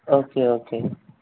okay okay